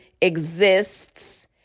exists